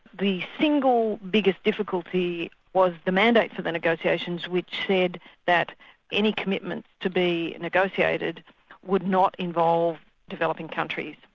the single biggest difficulty was the mandate for the negotiations, which said that any commitment to be negotiated would not involve developing countries.